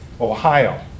Ohio